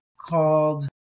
called